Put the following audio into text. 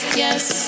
yes